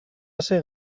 ase